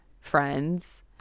Friends